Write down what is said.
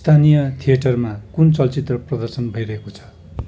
स्थानीय थियेटरमा कुन चलचित्र प्रदर्शन भइरहेको छ